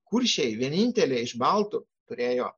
kuršiai vieninteliai iš baltų turėjo